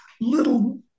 little